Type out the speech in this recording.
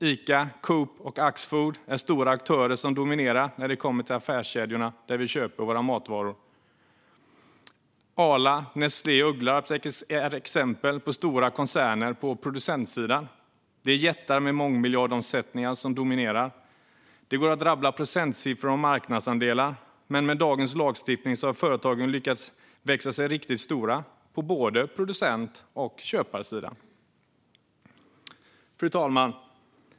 Ica, Coop och Axfood är stora aktörer som dominerar när det kommer till affärskedjorna där vi köper våra matvaror. Arla, Nestlé och Ugglarps är exempel på stora koncerner på producentsidan. Det är jättar med mångmiljardomsättningar som dominerar. Det går att rabbla procentsiffror om marknadsandelar, men med dagens lagstiftning har företag lyckats växa sig riktigt stora på både producent och köparsidan. Fru talman!